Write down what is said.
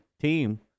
team